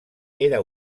era